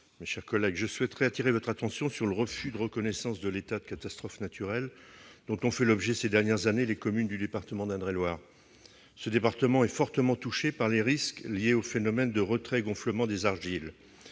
secrétaire d'État, je souhaiterais attirer votre attention sur le refus de reconnaissance de l'état de catastrophe naturelle dont ont fait l'objet, ces dernières années, les communes du département d'Indre-et-Loire, fortement touché par les risques liés au phénomène de retrait-gonflement des argiles.